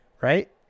right